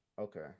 Okay